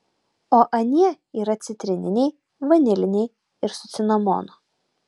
o anie yra citrininiai vaniliniai ir su cinamonu